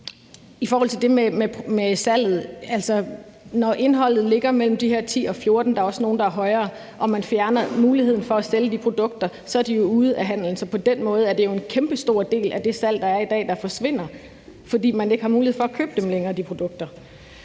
vil jeg sige, at når indholdet ligger på mellem 10 og 14 mg – der er også nogle, der er højere – og man fjerner muligheden for at sælge de produkter, er de jo ude af handelen. Så på den måde er det jo en kæmpestor del af det salg, der er i dag, der forsvinder, fordi man ikke har mulighed for at købe de produkter